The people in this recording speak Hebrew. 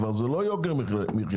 זה כבר לא יוקר המחייה,